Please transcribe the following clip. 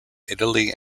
italy